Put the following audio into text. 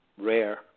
rare